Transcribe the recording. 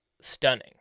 stunning